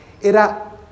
era